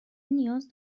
نیاز